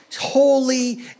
holy